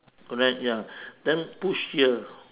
correct ya then push here